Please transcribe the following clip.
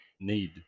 need